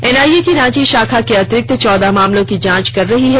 NIA की रांची शाखा अतिरिक्त चौदह मामलों की जांच कर रही है